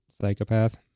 psychopath